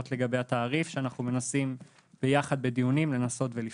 לגבי התעריף שאנחנו מנסים ביחד בדיונים לנסות ולפתור.